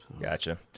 Gotcha